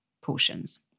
portions